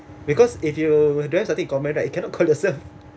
because if you don't have something in common right you cannot call yourself